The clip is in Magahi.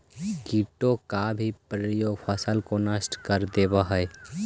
कीटों का भी प्रकोप फसल को नष्ट कर देवअ हई